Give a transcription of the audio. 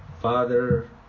Father